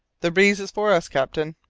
the breeze is for us, captain.